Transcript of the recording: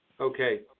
Okay